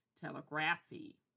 telegraphy